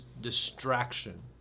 distraction